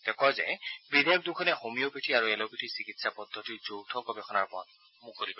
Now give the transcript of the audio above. তেওঁ কয় যে বিধেয়ক দুখনে হোমিঅপেথী আৰু এলোপেথী চিকিৎসা পদ্ধতিৰ যৌথ গৱেষণাৰ পথ মুকলি কৰিব